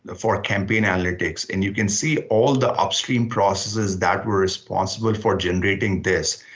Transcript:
ah for campaign analytics and you can see all the upstream processes that were responsible for generating this.